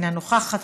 אינה נוכחת,